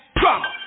drama